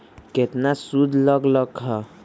केतना सूद लग लक ह?